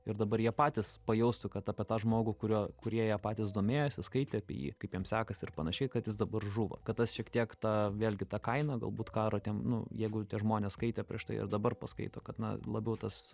ir dabar jie patys pajaustų kad apie tą žmogų kurio kurie jie patys domėjosi skaitė apie jį kaip jiems sekasi ir panašiai kad jis dabar žuvo kad tas šiek tiek ta vėlgi ta kaina galbūt karo tiem nu jeigu tie žmonės skaitė prieš tai ar dabar paskaito kad na labiau tas